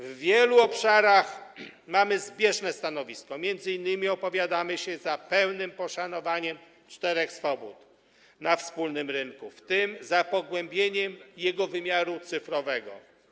W wielu obszarach mamy zbieżne stanowisko, m.in. opowiadamy się za pełnym poszanowaniem czterech swobód na wspólnym rynku, w tym za pogłębieniem jego wymiaru cyfrowego.